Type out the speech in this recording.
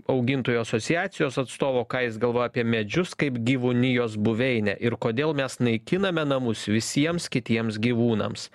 augintojų asociacijos atstovo ką jis galvoja apie medžius kaip gyvūnijos buveinę ir kodėl mes naikiname namus visiems kitiems gyvūnams